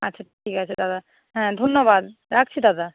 আচ্ছা ঠিক আছে দাদা হ্যাঁ ধন্যবাদ রাখছি দাদা